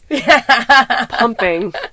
pumping